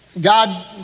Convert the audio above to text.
God